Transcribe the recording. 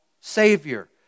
Savior